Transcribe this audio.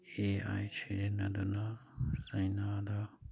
ꯑꯦ I ꯁꯤꯖꯤꯟꯅꯗꯨꯅ ꯆꯩꯅꯥꯗ